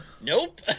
nope